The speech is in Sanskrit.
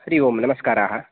हरि ओम् नमस्काराः